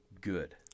good